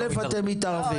א', אתם מתערבים.